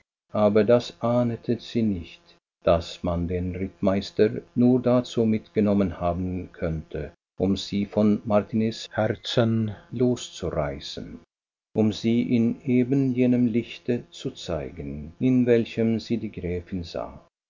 aber das ahnete sie nicht daß man den rittmeister nur dazu mitgenommen haben könnte um sie von martiniz herzen loszureißen um sie in eben jenem lichte zu zeigen in welchem sie die gräfin sah